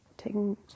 taking